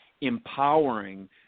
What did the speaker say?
empowering